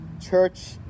church